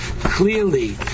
clearly